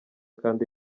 kandi